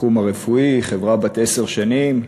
בתחום הרפואי, חברה בת עשר שנים,